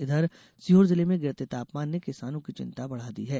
इधर सीहोर जिले में गिरते तापमान ने किसानों की चिंता बढ़ा दी है